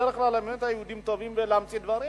בדרך כלל באמת היהודים טובים בלהמציא דברים,